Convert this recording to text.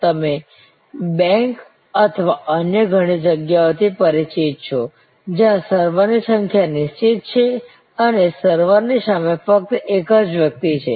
તમે બેંકો અથવા અન્ય ઘણી જગ્યાઓથી પરિચિત છો જ્યાં સર્વરની સંખ્યા નિશ્ચિત છે અને સર્વરની સામે ફક્ત એક જ વ્યક્તિ છે